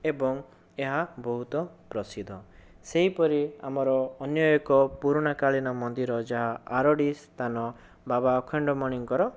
ଏବଂ ଏହା ବହୁତ ପ୍ରସିଦ୍ଧ ସେହିପରି ଆମର ଅନ୍ୟ ଏକ ପୁରୁଣାକାଳିନ ମନ୍ଦିର ଯାହା ଆରଡ଼ି ସ୍ଥାନ ବାବା ଅଖଣ୍ଡମଣିଙ୍କର